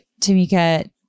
Tamika